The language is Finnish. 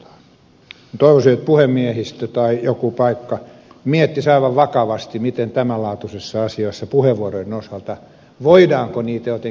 toivoisin että puhemiehistö tai joku paikka miettisi aivan vakavasti miten tämän laatuisessa asiassa puheenvuorojen osalta toimitaan voidaanko niitä jotenkin muuttaa